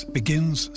begins